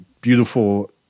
beautiful